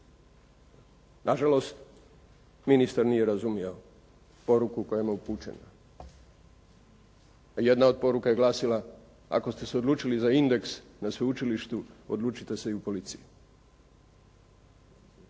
Nažalost, ministar nije razumio poruku koja mu je upućena. A jedna od poruka je glasila: "Ako ste se odlučili za Indeks na sveučilištu, odlučite se i u policiji."